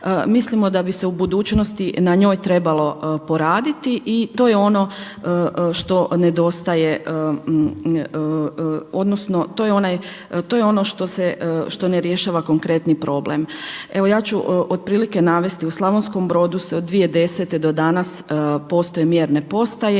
mislimo da bi se u budućnosti na njoj trebalo poraditi i to je ono što nedostaje odnosno to je ono što ne rješava konkretni problem. Evo ja ću otprilike navesti, u Slavonskom Brodu se od 2010. do danas postoje mjerne postoje,